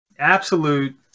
absolute